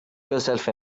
yourself